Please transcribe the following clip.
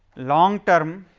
long term,